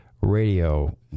radio